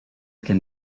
can